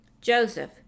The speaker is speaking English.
Joseph